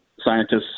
scientists